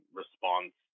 response